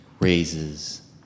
raises